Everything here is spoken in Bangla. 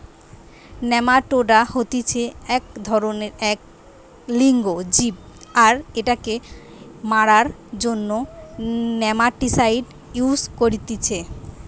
নেমাটোডা হতিছে এক ধরণেরএক লিঙ্গ জীব আর এটাকে মারার জন্য নেমাটিসাইড ইউস করতিছে